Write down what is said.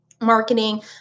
marketing